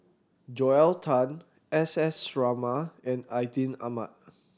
Joel Tan S S Sarma and Atin Amat